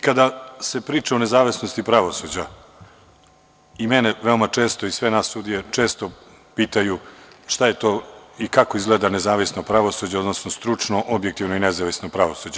Kada se priča o nezavisnosti pravosuđa, i mene i sve nas sudije, često pitaju šta je to i kako izgleda nezavisno pravosuđe, odnosno stručno, objektivno i nezavisno pravosuđe.